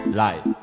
life